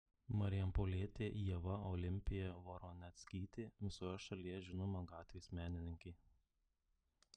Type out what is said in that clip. marijampolietė ieva olimpija voroneckytė visoje šalyje žinoma gatvės menininkė